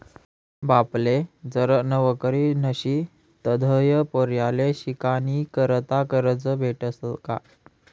बापले जर नवकरी नशी तधय पोर्याले शिकानीकरता करजं भेटस का?